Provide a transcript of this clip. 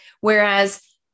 Whereas